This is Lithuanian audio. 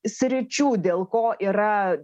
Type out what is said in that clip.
sričių dėl ko yra